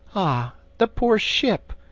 ah! the poor ship!